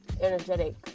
energetic